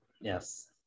Yes